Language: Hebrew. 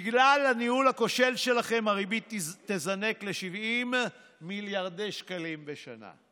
בגלל הניהול הכושל שלכם הריבית תזנק ל-70 מיליארדי שקלים בשנה.